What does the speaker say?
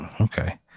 Okay